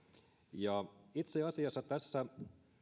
itse asiassa tässä